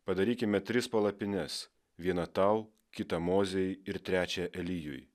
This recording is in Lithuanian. padarykime tris palapines vieną tau kitą mozei ir trečią elijui